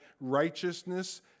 righteousness